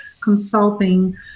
consulting